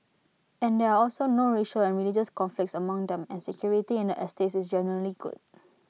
and there are also no racial and religious conflicts among them and security in the estates is generally good